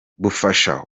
bufasha